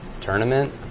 tournament